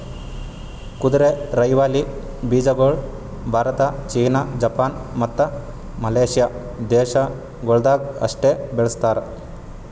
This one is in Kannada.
ಕುದುರೆರೈವಲಿ ಬೀಜಗೊಳ್ ಭಾರತ, ಚೀನಾ, ಜಪಾನ್, ಮತ್ತ ಮಲೇಷ್ಯಾ ದೇಶಗೊಳ್ದಾಗ್ ಅಷ್ಟೆ ಬೆಳಸ್ತಾರ್